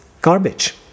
garbage